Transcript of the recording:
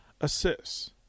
assists